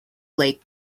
lake